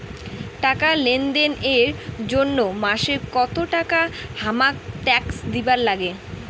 টাকা লেনদেন এর জইন্যে মাসে কত টাকা হামাক ট্যাক্স দিবার নাগে?